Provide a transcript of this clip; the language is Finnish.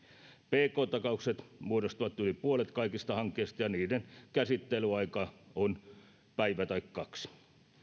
pk takaukset muodostavat yli puolet kaikista hankkeista ja niiden käsittelyaika on päivä tai kaksi